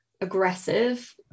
aggressive